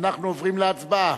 אנחנו עוברים להצבעה.